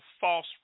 false